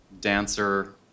dancer